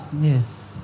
Yes